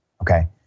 okay